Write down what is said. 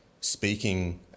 speaking